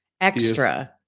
Extra